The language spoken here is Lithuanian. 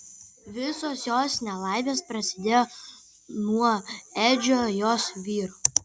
visos jos nelaimės prasidėjo nuo edžio jos vyro